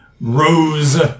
rose